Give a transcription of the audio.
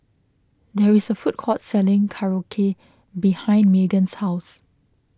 there is a food court selling Korokke behind Meagan's house